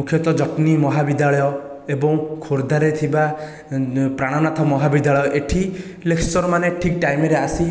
ମୁଖ୍ୟତଃ ଜଟଣି ମହାବିଦ୍ୟାଳୟ ଏବଂ ଖୋର୍ଦ୍ଧାରେ ଥିବା ପ୍ରାଣନାଥ ମହାବିଦ୍ୟାଳୟ ଏଠି ଲେକ୍ଚରମାନେ ଠିକ୍ ଟାଇମ୍ରେ ଆସି